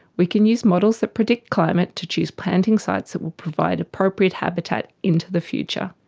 we can use models that predict climate to choose planting sites that will provide appropriate habitat into the future.